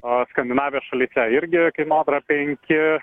o skandinavijos šalyse irgi kainodara penki